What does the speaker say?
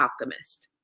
Alchemist